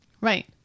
Right